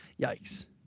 yikes